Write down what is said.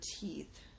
teeth